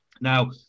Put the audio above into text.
Now